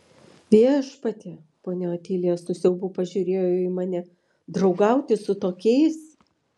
viešpatie ponia otilija su siaubu pasižiūrėjo į mane draugauti su tokiais